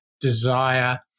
desire